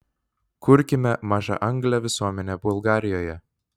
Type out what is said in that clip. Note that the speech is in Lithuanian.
kurkime mažaanglę visuomenę bulgarijoje